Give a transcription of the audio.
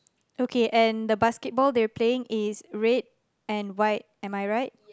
okay and the basketball they're playing is red and white am I right